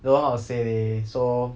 don't know how to say leh so